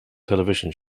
television